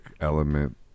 element